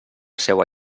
seua